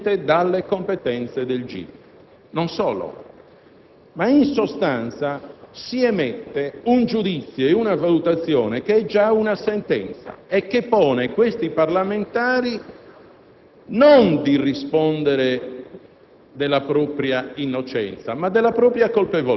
significa esulare in realtà totalmente dalle competenze del GIP; non solo, ma in sostanza si emette un giudizio e una valutazione che è già una sentenza e che pone questi parlamentari